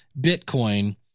Bitcoin